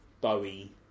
Bowie